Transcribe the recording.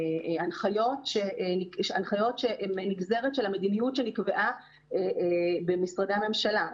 הנחיות שהן נגזרת של המדיניות שנקבעה במשרדי הממשלה.